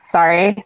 Sorry